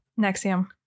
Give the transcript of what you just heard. Nexium